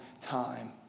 time